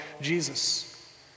Jesus